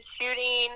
shooting